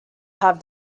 have